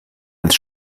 als